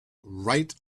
right